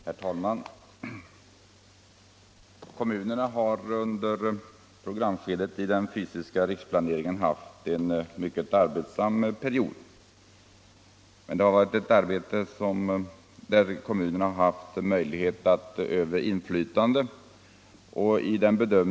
Herr talman! Kommunerna har haft det mycket arbetsamt under den fysiska riksplaneringens programskede. Men det har samtidigt varit en del av samhällsplaneringen som kommunerna haft möjlighet att öva inflytande på.